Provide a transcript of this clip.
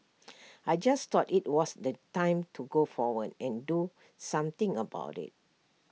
I just thought IT was the time to go forward and do something about IT